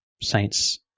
saints